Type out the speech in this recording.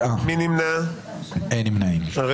9 נמנעים, 1 לא אושרה.